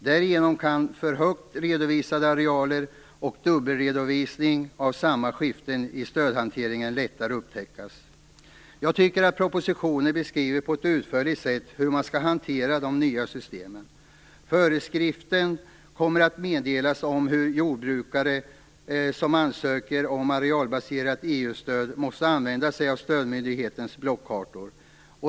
Därigenom kan för högt redovisade arealer och dubbelredovisning av samma skiften i stödhanteringen lättare upptäckas. Jag tycker att propositionen på ett utförligt sätt beskriver hur man skall hantera de nya systemen. Föreskrifter kommer att meddelas om hur jordbrukare som ansöker om arealbaserat EU-stöd måste använda sig av stödmyndighetens blockkartor.